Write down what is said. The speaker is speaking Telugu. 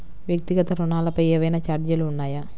వ్యక్తిగత ఋణాలపై ఏవైనా ఛార్జీలు ఉన్నాయా?